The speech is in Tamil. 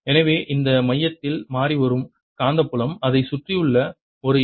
எனவே இந்த மையத்தில் மாறிவரும் காந்தப்புலம் அதைச் சுற்றியுள்ள ஒரு ஈ